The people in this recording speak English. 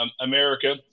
America